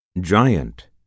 Giant